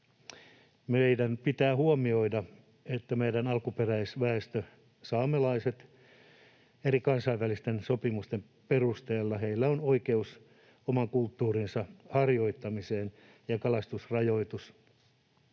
Meidän pitää huomioida, että meidän alkuperäisväestöllä saamelaisilla eri kansainvälisten sopimusten perusteella on oikeus oman kulttuurinsa harjoittamiseen ja kalastusrajoitus